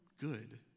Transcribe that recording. Good